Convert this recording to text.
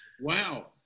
Wow